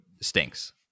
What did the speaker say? stinks